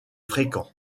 fréquent